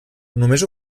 només